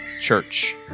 church